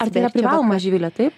ar tai yra privaloma živile taip